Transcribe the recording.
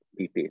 PP